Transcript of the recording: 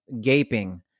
gaping